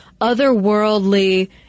otherworldly